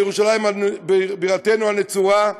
את ירושלים בירתנו הנצורה,